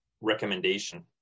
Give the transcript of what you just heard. recommendation